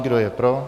Kdo je pro?